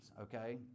okay